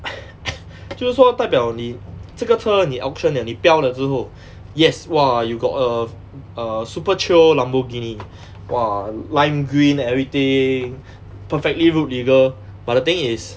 就是说代表你这个车你 auction liao 你标了之后 yes !wah! you got a a super chio lamborghini !wah! lime green everything perfectly road legal but the thing is